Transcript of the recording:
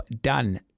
done